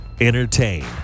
Entertain